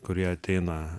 kurie ateina